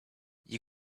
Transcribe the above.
you